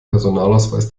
personalausweis